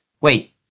Wait